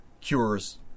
cures